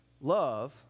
love